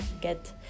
get